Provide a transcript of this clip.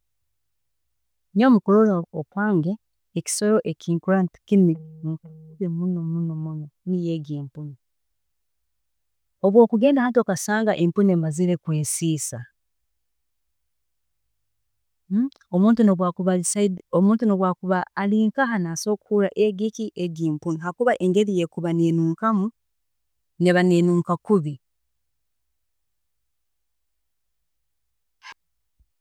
﻿Nyowe mukurola okwange, ekisolo obu okugenda hati okasanga empunu emazire kwiiasiisa, omuntu nobu akuba ari nkaha, omuntu nobu akuba ari nkaha nasobola kuhuurra habwokuba engeri ekuba nezookamu, neeba nezooka kubi